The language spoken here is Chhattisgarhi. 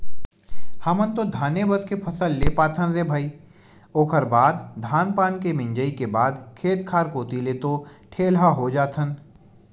हमन तो धाने बस के फसल ले पाथन रे भई ओखर बाद धान पान के मिंजई के बाद खेत खार कोती ले तो ठेलहा हो जाथन